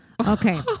Okay